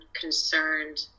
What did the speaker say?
concerned